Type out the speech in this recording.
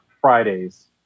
Fridays